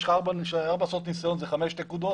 יש לך ארבע שנות ניסיון זה חמש נקודות